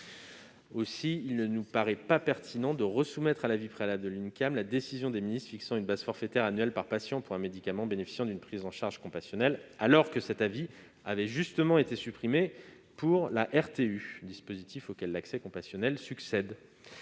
Aussi, il ne nous paraît pas pertinent de soumettre de nouveau à l'avis préalable de l'Uncam la décision des ministres fixant une base forfaitaire annuelle par patient pour un médicament bénéficiant d'une prise en charge compassionnelle, alors que cet avis a justement été supprimé pour la RTU, dispositif auquel l'accès compassionnel succède.